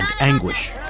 anguish